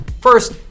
First